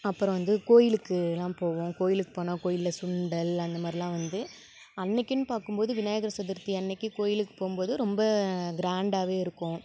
அப்புறம் வந்து கோயிலுக்குலாம் போவோம் கோயிலுக்குப் போனால் கோயிலில் சுண்டல் அந்தமாதிரில்லாம் வந்து அன்றைக்கின்னு பார்க்கும் போது விநாயகர் சதுர்த்தி அன்றைக்கு கோயிலுக்கு போகும்போது ரொம்ப கிராண்டாகவே இருக்கும்